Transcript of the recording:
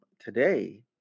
today